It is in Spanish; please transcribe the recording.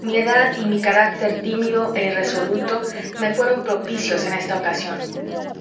mi edad y mi carácter tímido e irresoluto me fueron propicios en esta ocasión